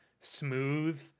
smooth